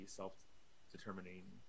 self-determining